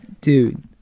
Dude